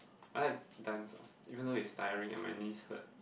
I like dance ah even though it's tiring and my knees hurt